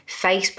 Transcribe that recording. Facebook